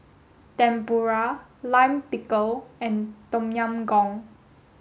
Tempura Lime Pickle and Tom Yam Goong